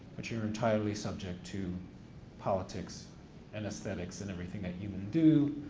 but you're entirely subject to politics and aesthetics and everything that human do,